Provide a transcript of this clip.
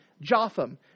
Jotham